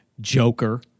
Joker